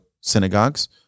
synagogues